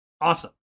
Awesome